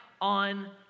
on